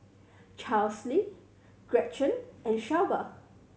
Chesley Gretchen and Shelba